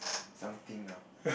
something ah